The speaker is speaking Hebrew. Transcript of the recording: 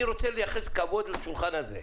אני רוצה לתת כבוד לשולחן הזה.